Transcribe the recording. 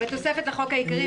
בתוספת לחוק העיקרי,